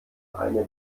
eine